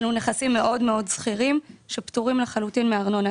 אלו נכסים מאוד סחירים, שפטורים לחלוטין מארנונה.